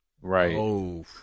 Right